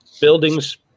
buildings